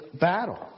battle